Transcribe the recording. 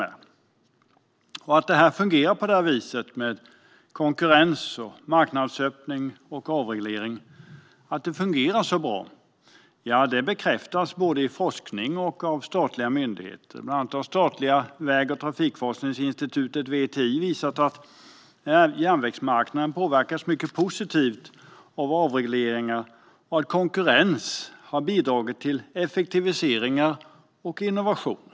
Att detta med konkurrens, marknadsöppning och avreglering fungerar bra bekräftas av både forskning och statliga myndigheter. Bland annat har statliga väg och trafikforskningsinstitutet VTI visat att järnvägsmarknaden påverkats positivt av avregleringen och att konkurrens har bidragit till effektiviseringar och innovationer.